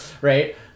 right